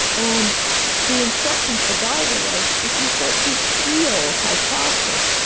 and the instruction to the diver was if you start to feel hypoxic,